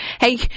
hey